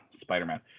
Spider-Man